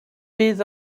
bydd